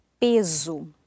Peso